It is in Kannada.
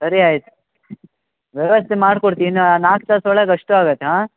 ಸರಿ ಆಯ್ತು ವ್ಯವಸ್ಥೆ ಮಾಡ್ಕೊಡ್ತೀನಿ ಇನ್ನು ನಾಲ್ಕು ತಾಸು ಒಳಗೆ ಅಷ್ಟು ಆಗತ್ತೆ ಹಾಂ